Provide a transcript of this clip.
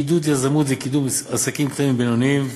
עידוד יזמות וקידום עסקים קטנים ובינוניים,